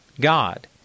God